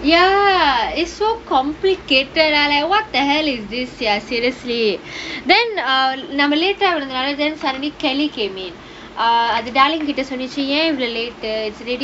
ya it's so complicated ah like what the hell is this ya seriously then err நம்ம:namma late ah வந்ததனாலே:vanthathanaalae then suddenly kelly came in err அது:athu darling கிட்ட சொல்லிச்சு ஏன் இவ்வளவு:kitta sollichu yaan ivvalavu late டு:du